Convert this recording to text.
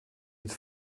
het